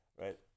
right